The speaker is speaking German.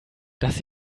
dass